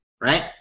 right